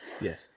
Yes